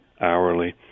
hourly